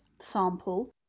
sample